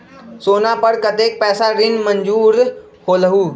सोना पर कतेक पैसा ऋण मंजूर होलहु?